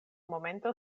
momento